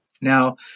Now